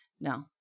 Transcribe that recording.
No